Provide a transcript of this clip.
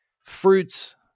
fruits